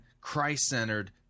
Christ-centered